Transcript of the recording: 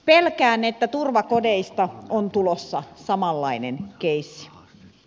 pelkään että turvakodeista on tulossa samanlainen keissi